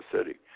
City